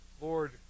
Lord